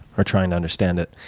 or trying to understand it.